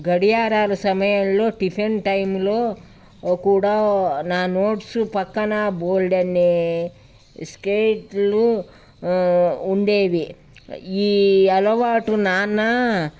గడియారాల సమయంలో టిఫిన్ టైంలో కూడా నా నోట్స్ పక్కన బోల్డన్ని స్కేట్లు ఉండేవి ఈ అలవాటు నాన్న